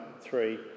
three